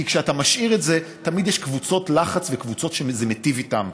כי כשאתה משאיר את זה תמיד יש קבוצות לחץ וקבוצות שהכוח מיטיב איתן.